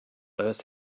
earth